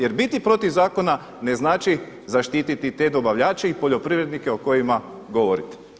Jer biti protiv zakona ne znači zaštititi te dobavljače i poljoprivrednike o kojima govorite.